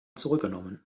zurückgenommen